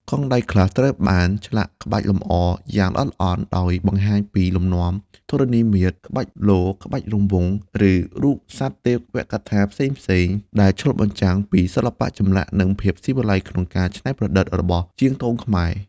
កងដៃខ្លះត្រូវបាន ឆ្លាក់ក្បាច់លម្អ យ៉ាងល្អិតល្អន់ ដោយបង្ហាញពីលំនាំធរណីមាត្រ ក្បាច់លក្បាច់រង្វង់ ឬរូបសត្វទេវកថាផ្សេងៗ ដែលឆ្លុះបញ្ចាំងពី សិល្បៈចម្លាក់ និងភាពស៊ីវិល័យក្នុងការច្នៃប្រឌិត របស់ជាងទងខ្មែរ។